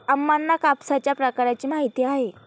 अम्मांना कापसाच्या प्रकारांची माहिती आहे